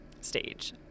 stage